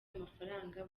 amafaranga